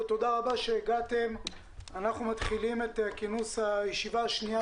אני מתכבד לפתוח את כינוס הישיבה השנייה